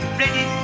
ready